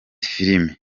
filime